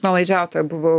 nuolaidžiautoja buvau